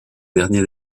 derniers